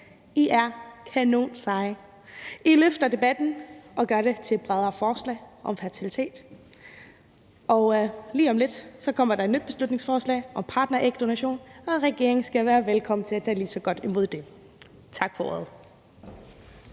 I er kanonseje. I løfter debatten og gør det til et bredere forslag om fertilitet. Og lige om lidt kommer der et nyt beslutningsforslag om partnerægdonation, og regeringen skal være velkommen til at tage lige så godt imod det. Tak for ordet.